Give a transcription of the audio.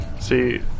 see